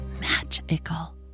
magical